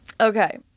Okay